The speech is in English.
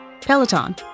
Peloton